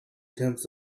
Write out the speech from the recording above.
tenths